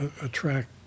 attract